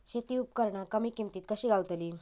शेती उपकरणा कमी किमतीत कशी गावतली?